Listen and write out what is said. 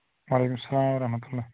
وعلیکُم سَلام ورحمتُ اللہ